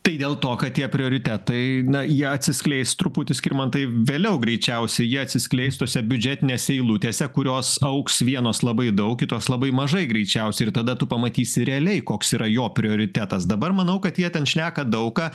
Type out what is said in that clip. tai dėl to kad tie prioritetai na jie atsiskleis truputį skirmantai vėliau greičiausiai jie atsiskleis tose biudžetinėse eilutėse kurios augs vienos labai daug kitos labai mažai greičiausiai ir tada tu pamatysi realiai koks yra jo prioritetas dabar manau kad jie ten šneka daug ką